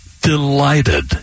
delighted